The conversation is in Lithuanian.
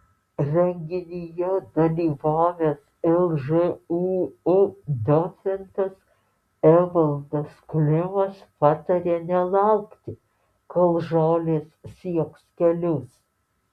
renginyje dalyvavęs lžūu docentas evaldas klimas patarė nelaukti kol žolės sieks kelius